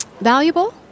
valuable